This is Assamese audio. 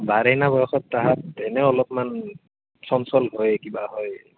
বাৰেণ্য বয়সত তাহাঁত এনেও অলপমান চঞ্চল হয়েই কিবা হয়েই